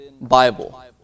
Bible